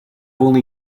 only